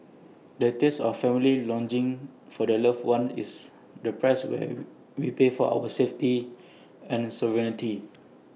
the tears of families longing for their loved ones is the price we pay for our safety and sovereignty